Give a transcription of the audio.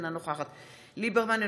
אינה נוכחת אביגדור ליברמן,